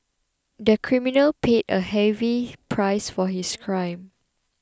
the criminal paid a heavy price for his crime